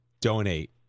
donate